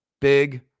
Big